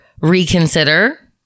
reconsider